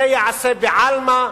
זה ייעשה בעלמא,